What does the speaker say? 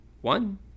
One